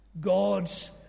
God's